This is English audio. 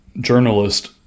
journalist